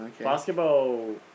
Basketball